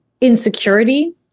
insecurity